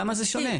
למה זה שונה?